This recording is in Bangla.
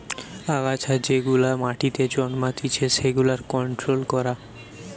আগাছা যেগুলা মাটিতে জন্মাতিচে সেগুলার কন্ট্রোল করা